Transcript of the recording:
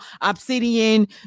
Obsidian